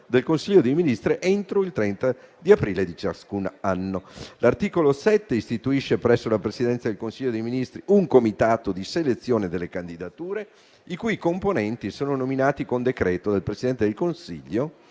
del Consiglio dei ministri entro il 30 aprile di ciascun anno. L'articolo 7 istituisce presso la Presidenza del Consiglio dei ministri un comitato di selezione delle candidature, i cui componenti sono nominati con decreto del Presidente del Consiglio